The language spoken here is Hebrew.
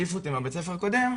כשהעיפו אותי מבית הספר הקודם,